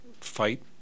fight